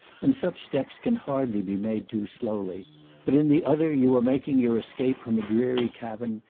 and such steps can hardly be made too slowly but in the other you are making your escape from a dreary cavern,